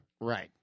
Right